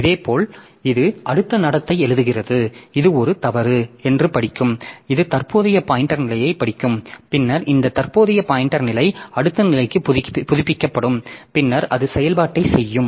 இதேபோல் இது அடுத்த நடத்தை எழுதுகிறது இது ஒரு தவறு என்று படிக்கும் இது தற்போதைய பாய்ன்டெர் நிலையைப் படிக்கும் பின்னர் இந்த தற்போதைய பாய்ன்டெர் நிலை அடுத்த நிலைக்கு புதுப்பிக்கப்படும் பின்னர் அது செயல்பாட்டைச் செய்யும்